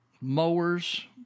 mowers